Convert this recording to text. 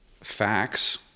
facts